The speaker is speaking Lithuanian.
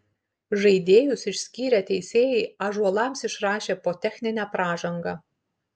žaidėjus išskyrę teisėjai ąžuolams išrašė po techninę pražangą